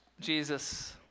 Jesus